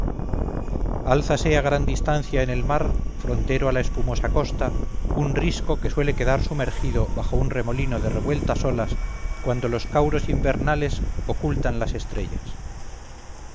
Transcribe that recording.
álzase a gran distancia en el mar frontero a la espumosa costa un risco que suele quedar sumergido bajo un remolino de revueltas olas cuando los cauros invernales ocultan las estrellas